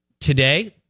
Today